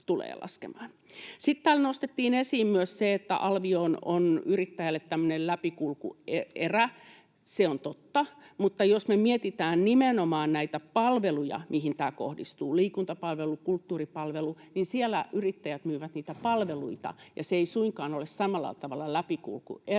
täällä nostettiin esiin myös se, että alvi on yrittäjälle tämmöinen läpikulkuerä. Se on totta, mutta jos me mietitään nimenomaan näitä palveluja, mihin tämä kohdistuu, liikuntapalvelut, kulttuuripalvelu, niin siellä yrittäjät myyvät niitä palveluita, ja se ei suinkaan ole samalla tavalla läpikulkuerä,